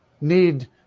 need